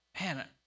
man